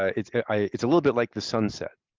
ah it's a it's a little bit like the sunset.